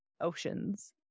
oceans